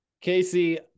Casey